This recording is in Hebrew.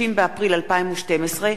30 באפריל 2012,